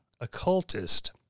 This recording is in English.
occultist